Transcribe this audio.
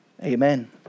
amen